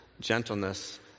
gentleness